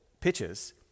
pitches